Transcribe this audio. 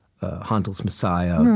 handel's messiah,